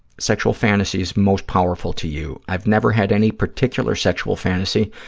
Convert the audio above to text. sexual fantasies most powerful to you. i've never had any particular sexual fantasy,